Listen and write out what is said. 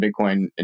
Bitcoin